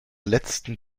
letzten